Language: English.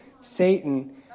Satan